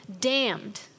damned